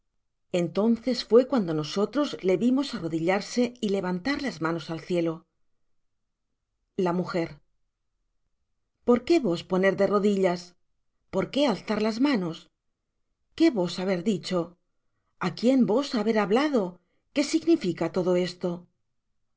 entonces fué cuando nosotros le vimos arrodillarse y levantar las manos al cielo la m por qué vos poner de rodillas por qué alzar las manos qué vos haber dicho á quién vos haber hablado qué significa todo esto